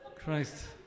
Christ